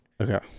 okay